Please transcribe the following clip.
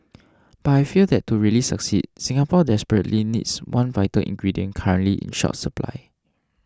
but I fear that to really succeed Singapore desperately needs one vital ingredient currently in short supply